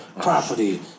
property